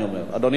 נמתין לשר שיגיע?